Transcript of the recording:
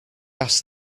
asked